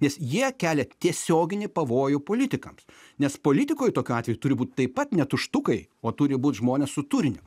nes jie kelia tiesioginį pavojų politikams nes politikoj tokiu atveju turi būt taip pat ne tuštukai o turi būt žmonės su turiniu